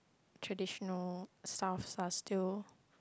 traditional stuffs are still